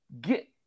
get